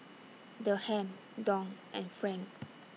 Dirham Dong and Franc